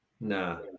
Nah